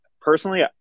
personally